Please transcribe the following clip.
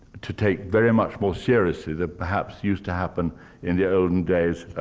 to take very much more seriously, than perhaps used to happen in the olden days,